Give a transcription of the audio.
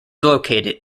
located